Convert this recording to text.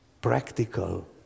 practical